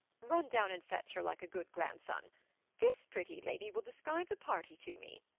run down and fetch her, like a good grandson this pretty lady will describe the party to me,